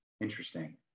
interesting